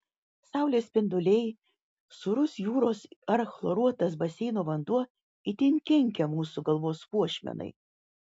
saulės spinduliai sūrus jūros ar chloruotas baseino vanduo itin kenkia mūsų galvos puošmenai